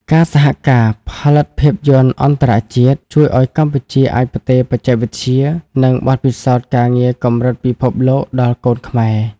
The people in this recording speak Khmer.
ការសហការផលិតភាពយន្តអន្តរជាតិជួយឱ្យកម្ពុជាអាចផ្ទេរបច្ចេកវិទ្យា និងបទពិសោធន៍ការងារកម្រិតពិភពលោកដល់កូនខ្មែរ។